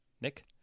Nick